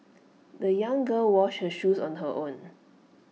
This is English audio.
the young girl washed her shoes on her own